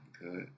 good